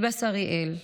ביבס אריאל,